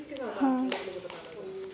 हां